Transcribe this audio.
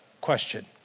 question